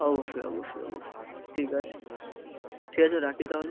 অবশ্যই অবশ্যই অবশ্যই ঠিক আছে ঠিক আছে রাখি তাহলে